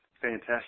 Fantastic